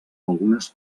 algunes